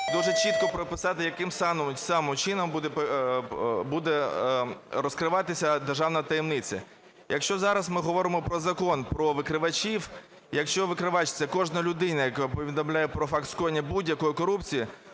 дуже чітко прописати, яким саме чином буде розкриватися державна таємниця. Якщо зараз ми говоримо про Закон про викривачів, якщо викривач – це кожна людина, яка повідомляє про факт скоєння будь-якої корупції,